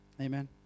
Amen